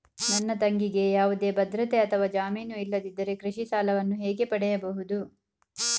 ನನ್ನ ತಂಗಿಗೆ ಯಾವುದೇ ಭದ್ರತೆ ಅಥವಾ ಜಾಮೀನು ಇಲ್ಲದಿದ್ದರೆ ಕೃಷಿ ಸಾಲವನ್ನು ಹೇಗೆ ಪಡೆಯಬಹುದು?